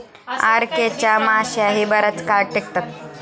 RK K माश्याही बराच काळ टिकतात